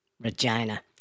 Regina